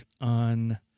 on